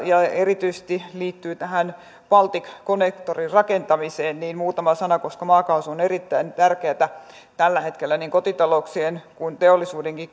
erityisesti liittyy tähän balticconnectorin rakentamiseen niin muutama sana koska maakaasu on erittäin tärkeätä tällä hetkellä niin kotitalouksien kuin teollisuudenkin